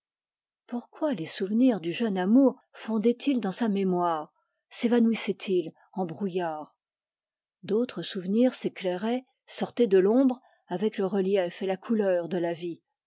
pourquoi les souvenirs du jeune amour fondaient ils dans sa mémoire sévanouissaient ils en brouillard d'autres souvenirs sortaient de l'ombre avec le relief et la couleur de la vie